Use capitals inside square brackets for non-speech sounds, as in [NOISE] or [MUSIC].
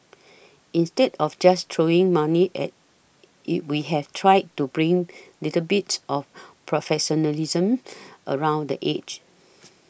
instead of just throwing money at it we have tried to bring little bits of professionalism around the edges [NOISE]